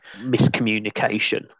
miscommunication